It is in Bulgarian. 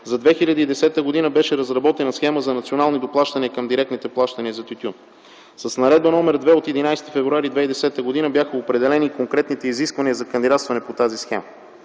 за 2010 г. беше разработена Схема за национални доплащания към директните плащания за тютюн. С Наредба № 2 от 11 февруари 2010 г. бяха определени конкретните изисквания за кандидатстване по тази схема.